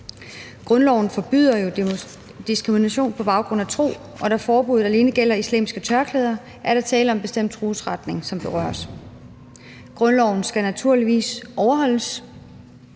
Grundloven forbyder jo diskrimination på baggrund af tro, og da forbuddet alene gælder islamiske tørklæder, er der tale om en bestemt trosretning, som berøres. Grundloven skal naturligvis overholdes,